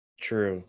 True